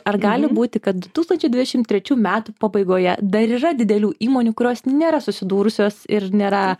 ar gali būti kad du tūkstančiai dvidešim trečių metų pabaigoje dar yra didelių įmonių kurios nėra susidūrusios ir nėra